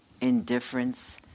indifference